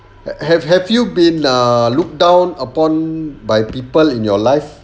have have you been err looked down upon by people in your life